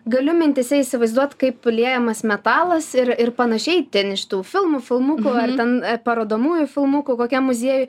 galiu mintyse įsivaizduot kaip liejamas metalas ir panašiai ten iš tų filmų filmukų ar ten parodomųjų filmukų kokiam muziejuj